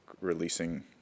releasing